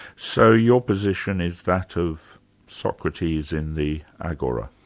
so your position is that of socrates in the agora?